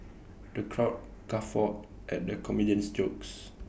the crowd guffawed at the comedian's jokes